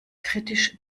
kritisch